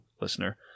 listener—